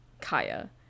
Kaya